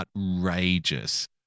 outrageous